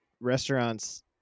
restaurants